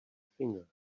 finger